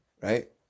right